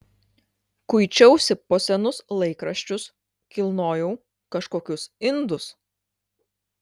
kuičiausi po senus laikraščius kilnojau kažkokius indus